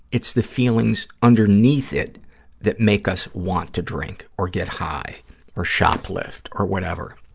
it's the feelings underneath it that make us want to drink or get high or shoplift or whatever,